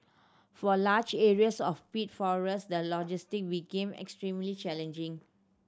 for a large areas of peat forest the logistic became extremely challenging